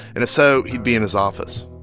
and if so, he'd be in his office.